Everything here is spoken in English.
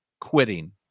quitting